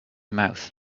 mouth